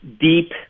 deep